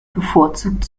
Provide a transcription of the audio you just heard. bevorzugt